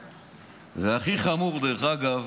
והכי חמור, דרך אגב,